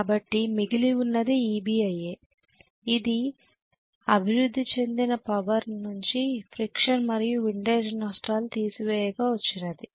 కాబట్టి మిగిలి ఉన్నది Eb Ia అది అభివృద్ధి చెందిన పవర్ నుంచి ఫ్రిక్షన్ మరియు విండేజ్ నష్టాలు తీసివేయగా వచ్చినది